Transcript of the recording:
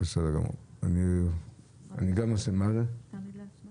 לפי נוסח הצו שהקראנו, אני מעמיד את הצו